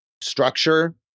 structure